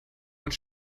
und